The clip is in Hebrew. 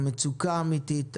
המצוקה אמיתית,